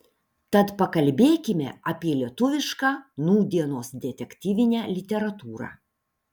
tad pakalbėkime apie lietuvišką nūdienos detektyvinę literatūrą